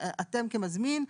אתם כמזמין,